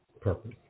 purpose